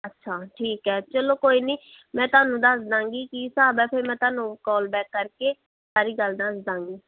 ਅੱਛਾ ਠੀਕ ਹੈ ਚਲੋ ਕੋਈ ਨਹੀਂ ਮੈਂ ਤੁਹਾਨੂੰ ਦੱਸ ਦਾਂਗੀ ਕੀ ਹਿਸਾਬ ਹੈ ਫਿਰ ਮੈਂ ਤੁਹਾਨੂੰ ਕੋਲ ਬੈਕ ਕਰਕੇ ਸਾਰੀ ਗੱਲ ਦੱਸ ਦਾਂਗੀ